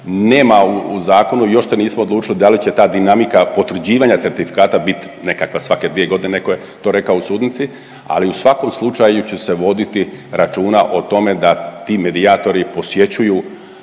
Nema u zakonu, još se nismo odlučili da li će ta dinamika potvrđivanja certifikata bit, nekakva svake dvije godine, netko je to rekao, u sudnici, ali u svakom slučaju će se voditi računa o tome da ti medijatori posjećuju